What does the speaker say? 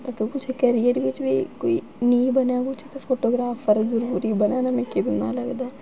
ते करियर च बी नेईं बनग किश ते फोटोग्राफर ते जरूर बनने दी कोशिश करनी ऐ